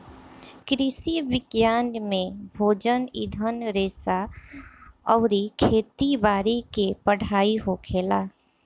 कृषि विज्ञान में भोजन, ईंधन रेशा अउरी खेती बारी के पढ़ाई होखेला